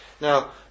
Now